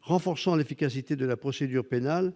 renforçant l'efficacité de la procédure pénale